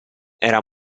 era